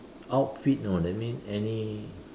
outfit you know that means any